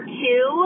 two